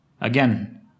Again